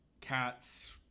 cats